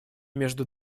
между